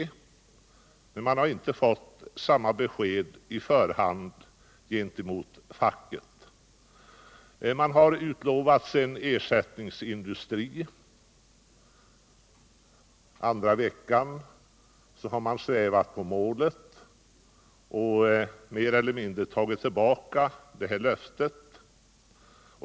Samma besked har inte lämnats på förhand till facket. Ena veckan har de anställda utlovats en ersättningsindustri, andra veckan har man svävat på målet och mer eller mindre tagit tillbaka det löftet.